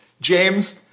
James